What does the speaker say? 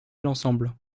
l’ensemble